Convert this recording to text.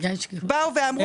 באו ואמרו,